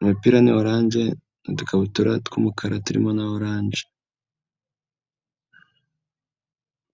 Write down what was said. imipira ni orange n'udukabutura tw'umukara turimo na oranje.